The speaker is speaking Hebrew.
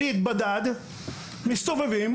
והם מסתובבים.